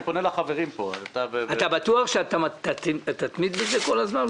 אני פונה לשאר חברי הוועדה --- אתה בטוח שאתה תתמיד בזה כל הזמן?